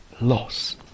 Loss